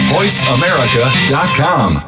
VoiceAmerica.com